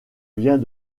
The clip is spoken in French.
viens